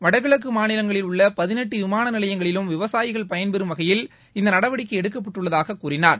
வடகிழக்கு மாநிலங்களில் உள்ள பதினெட்டு விமான நிலையங்களிலும் விவசாயிகள் பயன்பெறும் வகையில் இந்த நடவடிக்கை எடுக்கப்பட்டுள்ளதாகக் கூறினார்